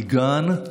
מגן,